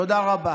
תודה רבה.